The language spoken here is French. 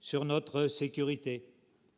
sur notre sécurité.